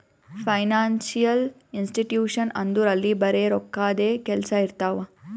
financial institution ಅಂದುರ್ ಅಲ್ಲಿ ಬರೆ ರೋಕ್ಕಾದೆ ಕೆಲ್ಸಾ ಇರ್ತಾವ